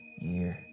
year